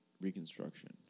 Reconstruction